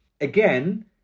Again